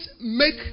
make